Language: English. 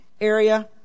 area